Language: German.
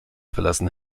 verlassen